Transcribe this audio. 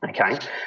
Okay